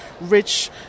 rich